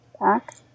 back